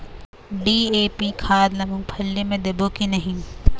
DAP खाद ला मुंगफली मे देबो की नहीं?